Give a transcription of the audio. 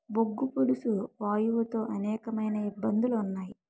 బొగ్గు పులుసు వాయువు తో అనేకమైన ఇబ్బందులు ఉన్నాయి